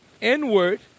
inward